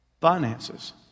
Finances